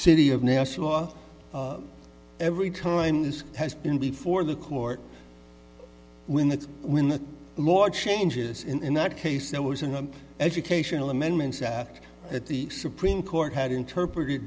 city of nassau every time this has been before the court when that's when the more changes in that case there was an educational amendments that that the supreme court had interpreted